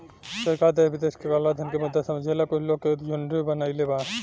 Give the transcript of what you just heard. सरकार देश विदेश के कलाधन के मुद्दा समझेला कुछ लोग के झुंड बनईले बा